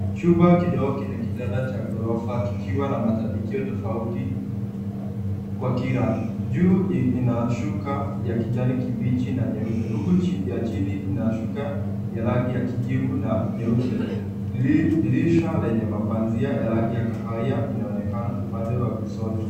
Chumba kidogo kina kitanda cha ghorofa kikiwa na matandikio tofauti kwa kila, juu ina shuka ya kijani kibichi na nyeupe huku ya chini ina shuka ya rangi ya kijivu na nyeupe, dirisha lenye mapazia ya rangi ya kahawia inaonekana upande wa kushoto.